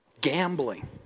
Gambling